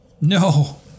No